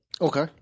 Okay